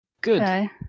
Good